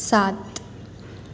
સાત